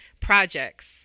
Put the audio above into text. projects